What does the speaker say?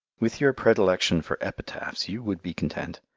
with your predilection for epitaphs you would be content.